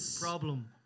Problem